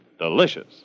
delicious